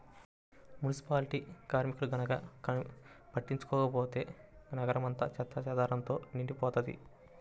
municipality కార్మికులు గనక పట్టించుకోకపోతే నగరం అంతా చెత్తాచెదారంతో నిండిపోతది